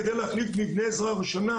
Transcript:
כדי להחליף מבנה עזרה ראשונה,